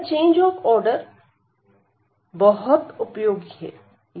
यह change of order बहुत उपयोगी है